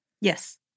Yes